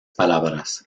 palabras